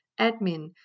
admin